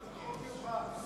למה צריך חוק מיוחד?